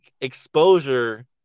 exposure